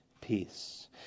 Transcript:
peace